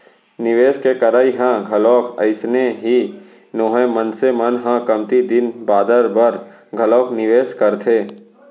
निवेस के करई ह घलोक अइसने ही नोहय मनसे मन ह कमती दिन बादर बर घलोक निवेस करथे